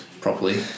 properly